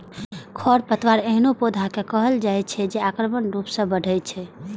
खरपतवार एहनो पौधा कें कहल जाइ छै, जे आक्रामक रूप सं बढ़ै छै